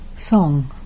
Song